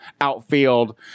outfield